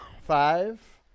Five